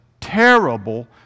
terrible